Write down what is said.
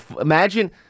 Imagine